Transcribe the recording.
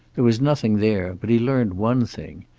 there was nothing there, but he learned one thing.